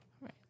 Right